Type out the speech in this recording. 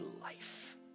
life